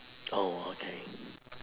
oh okay